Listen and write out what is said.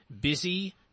busy